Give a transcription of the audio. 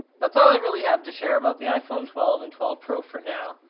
that's all i really have to share about the iphone twelve and twelve pro for now.